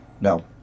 No